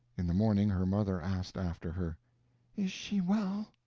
in the morning her mother asked after her is she well?